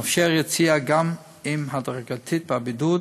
מאפשר יציאה, גם אם הדרגתית, מהבידוד,